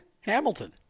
Hamilton